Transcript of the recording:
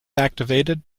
activated